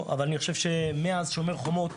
חושב שמאז "שומר החומות"